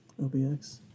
OBX